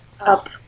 up